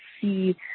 see